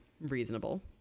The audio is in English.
reasonable